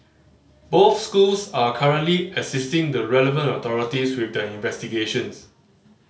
both schools are currently assisting the relevant authorities with their investigations